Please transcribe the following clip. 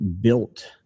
built